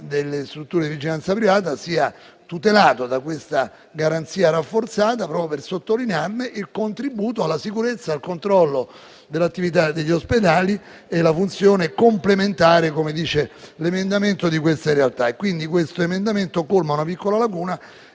delle strutture di vigilanza privata, esso sia tutelato da questa garanzia rafforzata, proprio per sottolinearne il contributo alla sicurezza e al controllo dell'attività degli ospedali e la funzione complementare - come dice l'emendamento - di queste realtà. L'emendamento 1.500 colma quindi una piccola laguna.